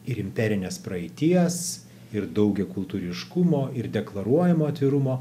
ir imperinės praeities ir daugiakultūriškumo ir deklaruojamo atvirumo